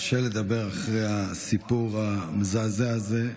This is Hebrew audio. קשה לדבר אחרי הסיפור המזעזע הזה.